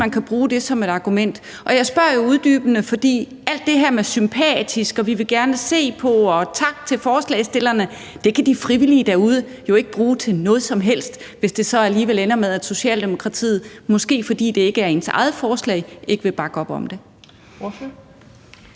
man kan bruge det som et argument? Jeg spørger jo uddybende, fordi alt det her med »sympatisk«, og »vi vil gerne se på«, og »tak til forslagsstillerne«, kan de frivillige derude jo ikke bruge til noget som helst, hvis det så alligevel ender med, at Socialdemokratiet, måske fordi det ikke er deres eget forslag, ikke vil bakke op om det.